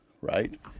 right